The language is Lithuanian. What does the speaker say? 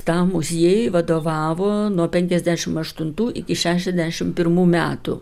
tam muziejui vadovavo nuo penkiasdešim aštuntų iki šešiasdešim pirmų metų